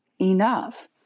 enough